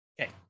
Okay